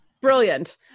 Brilliant